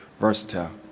versatile